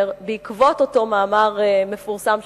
בעקבות אותו מאמר מפורסם של הרב קוק,